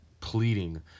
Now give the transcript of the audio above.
pleading